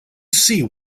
see